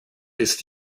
ist